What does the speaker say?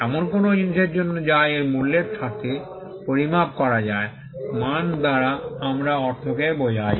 এমন কোনও জিনিসের জন্য যা এর মূল্যের সাথে পরিমাপ করা যায় মান দ্বারা আমরা অর্থকে বোঝাই